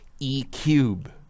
E-cube